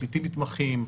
הפרקליטים מתמחים,